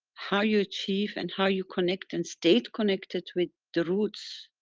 how you achieve and how you connect and stayed connected with the roots